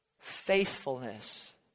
faithfulness